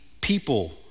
people